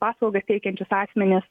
paslaugas teikiančius asmenis